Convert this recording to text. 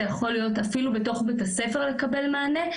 זה יכול להיות אפילו בתוך בית הספר לקבל מענה.